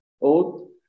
old